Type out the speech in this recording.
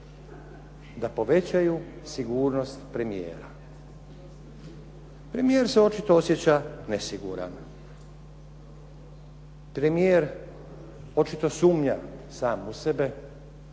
da povećaju sigurnost premijera. Premijer se očito osjeća nesiguran. Premijer očito sumnja sam u sebe,